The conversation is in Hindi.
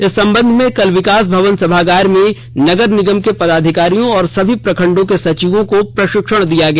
इस संबंध में कल विकास भवन सभागार में नगर निगम के पदाधिकारियों और सभी प्रखंडों के सचिवों को प्रशिक्षण दिया गया